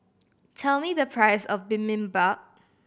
tell me the price of Bibimbap